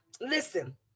Listen